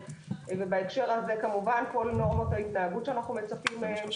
ובהקשר הזה כמובן כל נורמות ההתנהגות שאנחנו מצפים מהם.